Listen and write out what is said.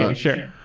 um sure.